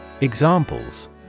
Examples